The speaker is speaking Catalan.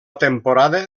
temporada